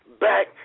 back